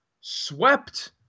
swept